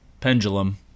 pendulum